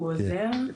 הוא עוזר.